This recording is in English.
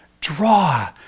draw